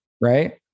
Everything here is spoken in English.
right